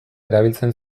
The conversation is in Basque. erabiltzen